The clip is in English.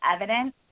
evidence